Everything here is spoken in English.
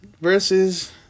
versus